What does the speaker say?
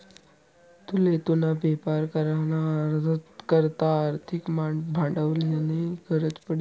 तुले तुना बेपार करा ना करता आर्थिक भांडवलनी गरज पडी